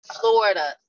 Florida